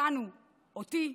אותנו, אותי,